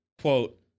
quote